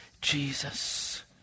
Jesus